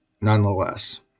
nonetheless